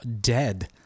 dead